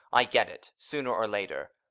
i get it, sooner or later.